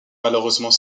malheureusement